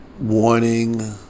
Warning